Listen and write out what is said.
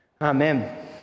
Amen